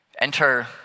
Enter